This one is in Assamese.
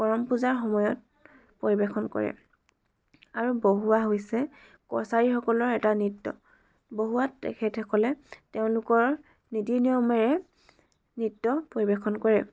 কৰম পূজাৰ সময়ত পৰিৱেশন কৰে আৰু বহুৱা হৈছে কছাৰীসকলৰ এটা নৃত্য বহুৱাত তেখেতসকলে তেওঁলোকৰ নীতি নিয়মেৰে নৃত্য পৰিৱেশন কৰে